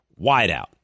wideout